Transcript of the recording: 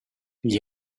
gli